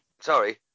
sorry